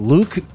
Luke